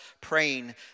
praying